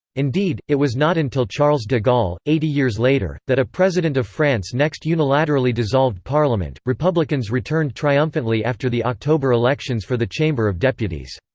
indeed, it was not until charles de gaulle, eighty years later, that a president of france next unilaterally dissolved parliament republicans returned triumphantly after the october elections for the chamber of deputies.